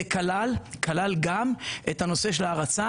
זה כלל גם את הנושא של ההרצה,